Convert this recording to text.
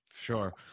sure